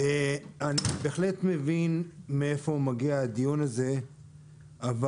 אני בהחלט מבין מאיפה מגיע הדיון הזה אבל